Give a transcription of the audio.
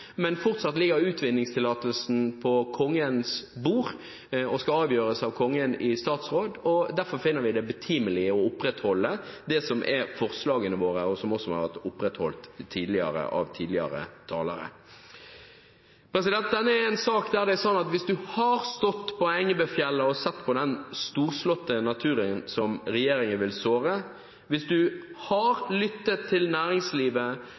men fortsatt ligger utvinningstillatelsen på Kongens bord og skal avgjøres av Kongen i statsråd, og derfor finner vi det betimelig å opprettholde det som er forslagene våre, og som også har vært opprettholdt av tidligere talere. Dette er en sak hvor det er slik at hvis du har stått på Engebøfjellet og sett på den storslåtte naturen som regjeringen vil såre, hvis du har lyttet til næringslivet